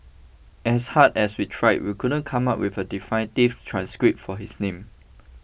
as hard as we tried we couldn't come up with a definitive transcript for his name